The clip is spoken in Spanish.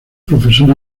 profesor